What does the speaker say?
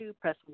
Press